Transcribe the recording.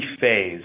phase